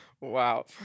Wow